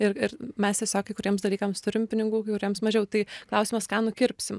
ir ir mes tiesiog kai kuriems dalykams turim pinigų kai kuriems mažiau tai klausimas ką nukirpsim